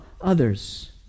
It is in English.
others